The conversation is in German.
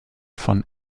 von